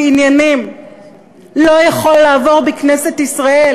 עניינים לא יכול לעבור בכנסת ישראל,